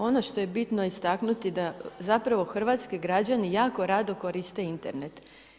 Ono što je bitno istaknuti da zapravo hrvatski građani jako rado koriste Internet.